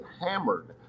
hammered